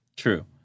true